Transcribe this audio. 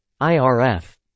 IRF